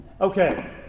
Okay